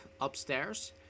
upstairs